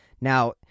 Now